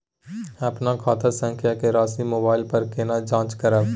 अपन खाता संख्या के राशि मोबाइल पर केना जाँच करब?